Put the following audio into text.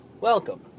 Welcome